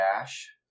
dash